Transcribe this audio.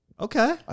Okay